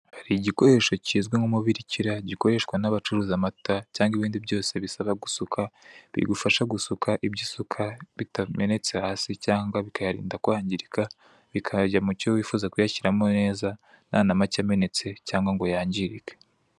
Hari igikoresho kizwi nk'umubirikira, gikoreshwa n'abacuruza amata, cyangwa ibindi byose bisaba gusuka, bigufasha gusuka ibyo usuka bitamenetse hasi, cyangwa bikayarinda kwangirika, bikajya mu cyo wifuza kuyashyiramo neza, nta na make amenetse, cyangwa ngo yangirike.